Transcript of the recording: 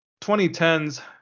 2010s